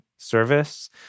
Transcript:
service